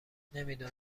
نمیدونم